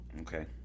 Okay